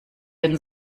den